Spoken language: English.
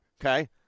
Okay